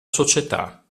società